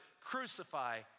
crucify